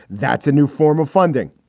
that's a new form of funding.